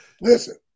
Listen